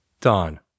Dawn